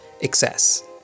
excess